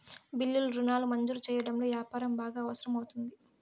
బిల్లులు రుణాలు మంజూరు సెయ్యడంలో యాపారం బాగా అవసరం అవుతుంది